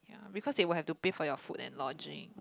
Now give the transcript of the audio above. because they will have to pay for your food and lodging